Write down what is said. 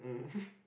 mm